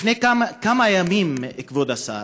לפני כמה ימים, כבוד השר,